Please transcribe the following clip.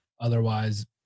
Otherwise